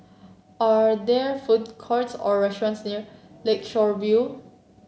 are there food courts or restaurants near Lakeshore View